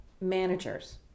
managers